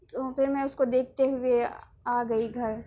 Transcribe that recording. تو پھر میں اس کو دیکھتے ہوئے آ گئی گھر